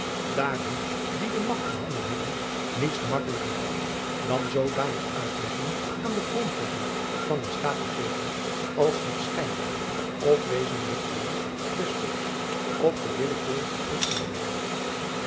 daar hun die de magt in handen hebben niets gemakkelijker valt dan zoodanige uitleggingen aan de grondwetten van een taat te geven als het schijnbaar of wezenlijk belang des volks of de willekeur hun inboezemt